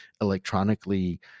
electronically